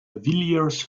villiers